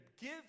give